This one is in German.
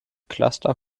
cluster